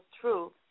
true